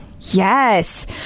Yes